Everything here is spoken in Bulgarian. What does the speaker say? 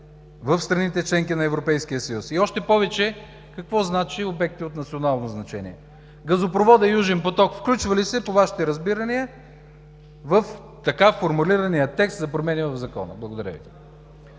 в страните - членки в Европейския съюз. Още повече какво значи обекти от национално значение? Газопроводът „Южен поток“ включва ли се по Вашите разбирания в така формулирания текст за промени в Закона? Благодаря Ви.